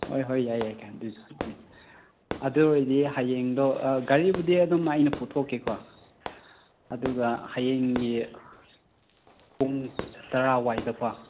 ꯍꯣꯏ ꯍꯣꯏ ꯌꯥꯏ ꯌꯥꯏ ꯑꯗꯨ ꯑꯣꯏꯔꯗꯤ ꯍꯌꯦꯡꯗꯣ ꯒꯥꯔꯤꯕꯨꯗꯤ ꯑꯗꯨꯝ ꯑꯩꯅ ꯄꯨꯊꯣꯛꯀꯦꯀꯣ ꯑꯗꯨꯒ ꯍꯌꯦꯡꯒꯤ ꯄꯨꯡ ꯇꯔꯥ ꯋꯥꯏꯗꯀꯣ